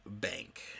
bank